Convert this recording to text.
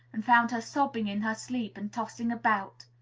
and found her sobbing in her sleep, and tossing about.